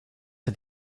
for